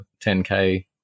10k